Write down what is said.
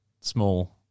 small –